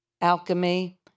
alchemy